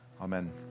Amen